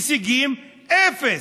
הישגים, אפס.